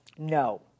No